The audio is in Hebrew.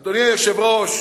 אדוני היושב-ראש,